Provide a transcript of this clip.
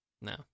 No